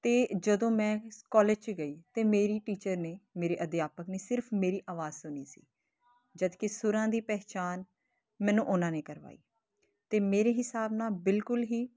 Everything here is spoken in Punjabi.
ਅਤੇ ਜਦੋਂ ਮੈਂ ਕਾਲਜ 'ਚ ਗਈ ਤਾਂ ਮੇਰੀ ਟੀਚਰ ਨੇ ਮੇਰੇ ਅਧਿਆਪਕ ਨੇ ਸਿਰਫ ਮੇਰੀ ਆਵਾਜ਼ ਸੁਣੀ ਸੀ ਜਦਕਿ ਸੁਰਾਂ ਦੀ ਪਹਿਚਾਣ ਮੈਨੂੰ ਉਹਨਾਂ ਨੇ ਕਰਵਾਈ ਅਤੇ ਮੇਰੇ ਹਿਸਾਬ ਨਾਲ ਬਿਲਕੁਲ ਹੀ